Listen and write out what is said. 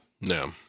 No